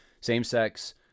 same-sex